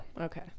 Okay